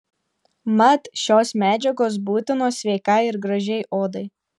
mat šios medžiagos būtinos sveikai ir gražiai odai